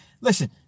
Listen